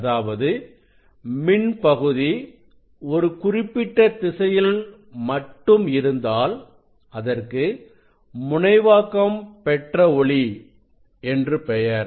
அதாவது மின் பகுதி ஒரு குறிப்பிட்ட திசையில் மட்டும் இருந்தால் அதற்கு முனைவாக்கம் பெற்ற ஒளி என்று பெயர்